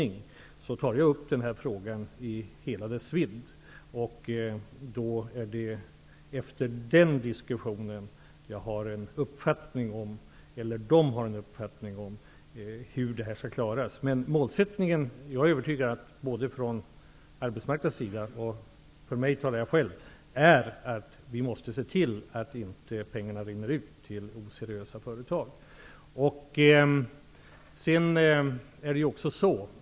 Jag skall ta upp denna fråga i hela dess vidd när jag träffar Arbetsmarknadsverkets ledning, vilken har en uppfattning om hur denna situation skall klaras. Jag är övertygad om att målsättningen, både från arbetsmarknadens och från min egen sida, är att vi måste se till att pengarna inte rinner ut till oseriösa företag.